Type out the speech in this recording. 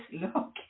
look